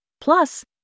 Plus